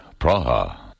Praha